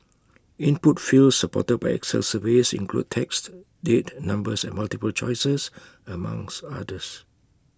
input fields supported by excel surveys include text date numbers and multiple choices among others